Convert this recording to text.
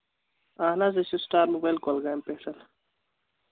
اَہن حظ أسۍ چھِ سِٹار موبایِل کۄلگامہِ پٮ۪ٹھ